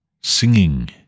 singing